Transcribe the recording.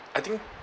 I think